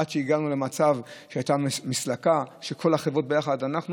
והגענו למצב שיש מסלקה של כל החברות ביחד.